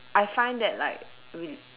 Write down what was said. I find that like rela~